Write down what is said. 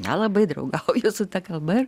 nelabai draugauju su ta kalba